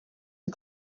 and